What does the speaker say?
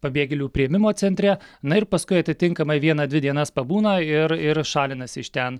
pabėgėlių priėmimo centre na ir paskui atitinkamai vieną dvi dienas pabūna ir ir šalinasi iš ten